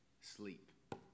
sleep